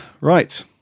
Right